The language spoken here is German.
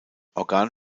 organ